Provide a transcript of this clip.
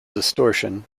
distortion